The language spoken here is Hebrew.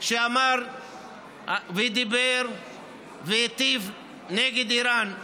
כשאמר ודיבר והטיף נגד איראן,